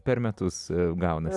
per metus gaunasi